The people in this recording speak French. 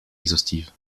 exhaustive